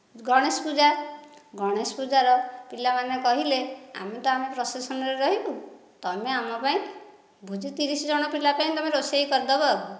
ଗଣେଶ ପୂଜା ଗଣେଶ ପୂଜାର ପିଲାମାନେ କହିଲେ ଆମେ ତ ଆମ ପ୍ରୋସେସନରେ ରହିବୁ ତମେ ଆମ ପାଇଁ ଭୋଜି ତିରିଶଜଣ ପିଲାଙ୍କ ପାଇଁ ତମେ ରୋଷେଇ କରିଦେବ ଆଉ